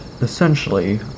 essentially